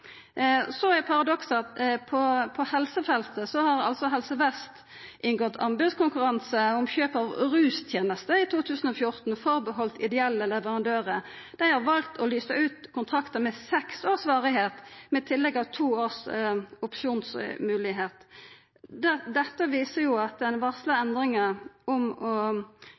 Så er paradokset at på helsefeltet har Helse Vest inngått anbodskonkurranse om kjøp av rustenester i 2014 berre for ideelle leverandører. Dei har valt å lysa ut kontraktar med seks års varigheit med tillegg av to års opsjonsmoglegheit. Dette viser jo at den varsla endringa i direktivet om å